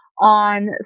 on